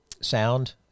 sound